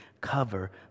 cover